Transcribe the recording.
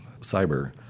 cyber